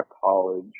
College